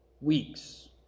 weeks